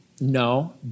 No